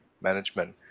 management